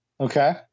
Okay